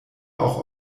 auch